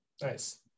nice